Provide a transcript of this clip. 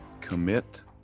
commit